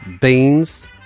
beans